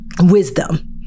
wisdom